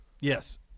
yes